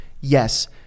Yes